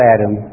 Adam